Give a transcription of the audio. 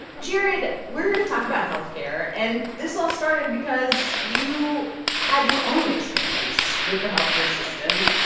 jared, we're here to talk about health care. and this all started because you had your own experience with the health care system.